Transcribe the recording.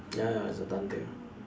ya ya it's a done deal